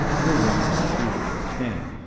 kill one, two, ten,